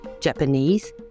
Japanese